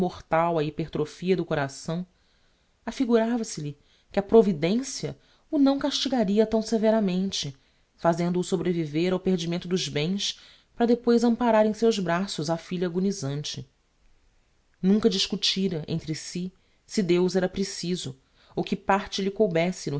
do coração afigurava se lhe que a providencia o não castigaria tão severamente fazendo-o sobreviver ao perdimento dos bens para depois amparar em seus braços a filha agonisante nunca discutira entre si se deus era preciso ou que parte lhe coubesse